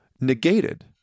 negated